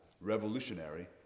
revolutionary